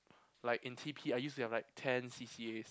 like in T_P I used to have like ten C_C_As